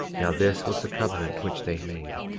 now this was the covenant which they made,